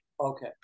Okay